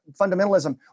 fundamentalism